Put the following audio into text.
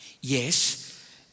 Yes